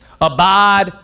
abide